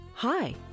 Hi